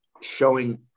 showing